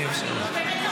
אני אאפשר לך.